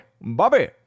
Bobby